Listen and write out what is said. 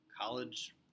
college